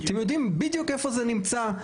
אתם יודעים בדיוק איפה זה נמצא,